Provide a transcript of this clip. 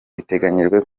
biteganyijwe